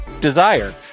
Desire